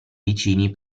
vicini